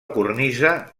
cornisa